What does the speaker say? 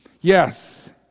Yes